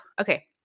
Okay